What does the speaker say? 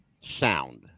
sound